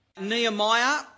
Nehemiah